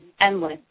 endless